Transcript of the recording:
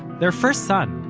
their first son,